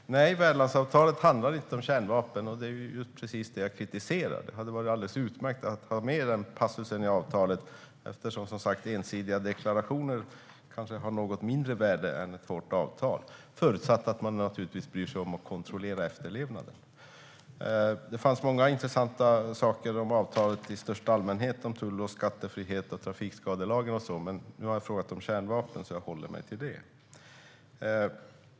Herr talman! Nej, värdlandsavtalet handlar inte om kärnvapen. Det är just precis det jag kritiserar. Det hade varit alldeles utmärkt att ha med en passus om det i avtalet eftersom ensidiga deklarationer, som sagt, kanske har något mindre värde än ett hårt avtal, naturligtvis förutsatt att man bryr sig om att kontrollera efterlevnaden. Det fanns många intressanta saker om avtalet i största allmänhet, om tull och skattefrihet och trafikskadelagen och så vidare, men nu har jag frågat om kärnvapen så jag håller mig till det.